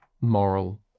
moral